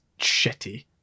shitty